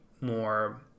more